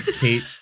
Kate